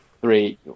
three